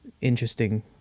interesting